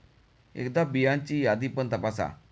एकदा बियांची यादी पण तपासा